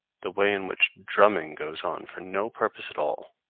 the way in which drumming goes on for no purpose at all.